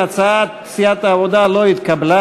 הצעת סיעת העבודה לא התקבלה.